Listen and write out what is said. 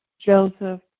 Joseph